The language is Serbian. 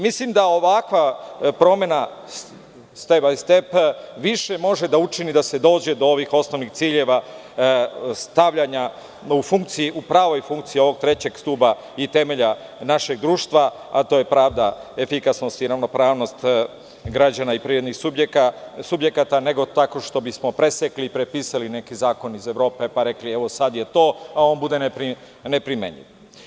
Mislim da ovakva promena „step baj step“ može da učini da se dođe do ovih osnovnih ciljeva stavljanja u pravu funkciju ovog trećeg stuba i temelja našeg društva, a to je pravda, efikasnost i ravnopravnost građana i privrednih subjekata, nego tako što bismo presekli i prepisali neki zakon iz Evrope, pa rekli – sada je to, a on bude neprimenljiv.